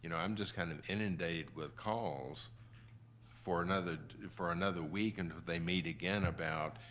you know i'm just kind of inundated with calls for another for another week. and they meet again about,